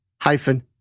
hyphen